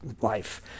life